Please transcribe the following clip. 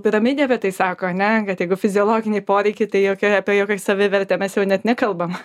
piramidė apie tai sako ane kad jeigu fiziologiniai poreikiai tai jokia apie jokią savivertę mes jau net nekalbam